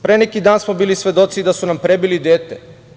Pre neki dan smo bili svedoci da su nam prebili dete.